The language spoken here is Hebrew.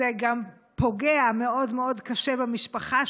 זה גם פוגע מאוד מאוד קשה במשפחה,